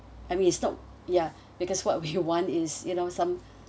I mean it's not yeah because what we want is you know some